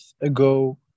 ago